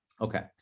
okay